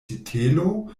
sitelo